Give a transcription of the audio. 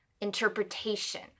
interpretation